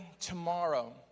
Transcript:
tomorrow